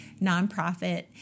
nonprofit